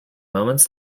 moments